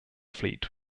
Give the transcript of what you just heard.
fleet